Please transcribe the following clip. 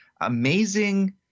amazing